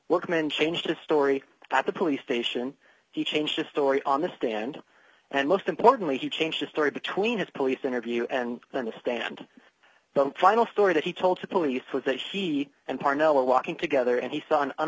workman changed his story at the police station he changed his story on the stand and most importantly he changed his story between his police interview and on the stand the final story that he told to police was that he and parnell were walking together and the son an